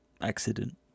accident